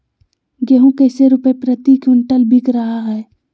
गेंहू कैसे रुपए प्रति क्विंटल बिक रहा है?